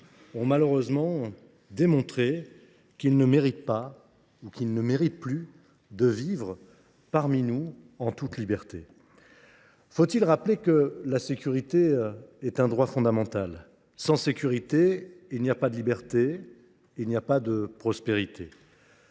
ont malheureusement démontré qu’ils ne méritent pas ou qu’ils ne méritent plus de vivre parmi nous en toute liberté. Très bien ! Faut il rappeler que la sécurité est un droit fondamental ? Sans sécurité, il n’y a pas de liberté ni de prospérité.